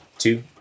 Two